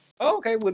Okay